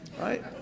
Right